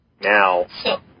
Now